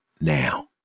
now